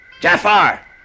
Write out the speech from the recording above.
Jafar